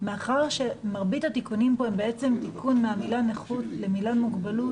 מאחר שמרבית התיקונים פה הם בעצם תיקון מהמילה "נכות" למילה "מוגבלות"